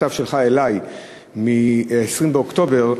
המכתב שלך אלי מ-20 באוקטובר,